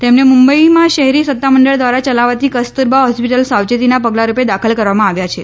તેમને મુંબઈમાં શહેરી સત્તામંડળ દ્વારા ચલાવાતી કસ્તુરબા હોસ્પિટલમાં સાવચેતીના પગલારૂપે દાખલ કરવામાં આવ્યા છે